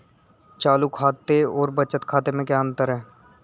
चालू खाते और बचत खाते में क्या अंतर है?